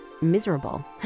miserable